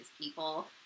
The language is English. people